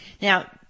Now